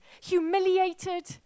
humiliated